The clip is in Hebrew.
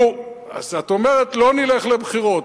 נו, אז את אומרת: לא נלך לבחירות.